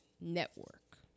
Network